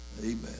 Amen